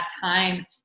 time